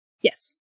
Yes